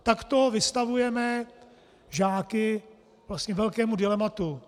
Takto vystavujeme žáky vlastně velkému dilematu.